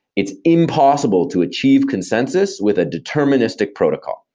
it's impossible to achieve consensus with a deterministic protocol,